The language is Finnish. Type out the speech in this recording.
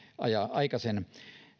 aika sen